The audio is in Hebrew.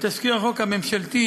לתזכיר החוק הממשלתי,